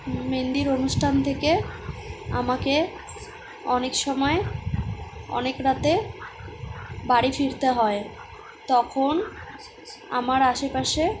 মেহেন্দির অনুষ্ঠান থেকে আমাকে অনেক সময় অনেক রাতে বাড়ি ফিরতে হয় তখন আমার আশেপাশে